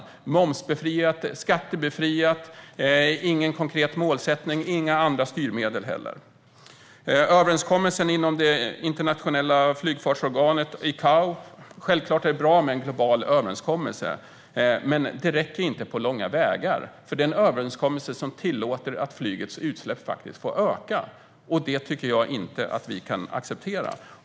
Det är momsbefriat och skattebefriat, och det finns ingen konkret målsättning och inte heller några andra styrmedel. När det gäller överenskommelsen inom det internationella flygfartsorganet ICAO är det självklart bra med en global överenskommelse. Men det räcker inte på långa vägar. Det är en överenskommelse som tillåter att flygets utsläpp får öka, och det tycker jag inte att vi kan acceptera.